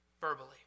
verbally